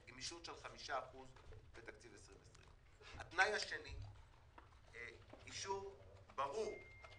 חד-משמעי נושא חדש.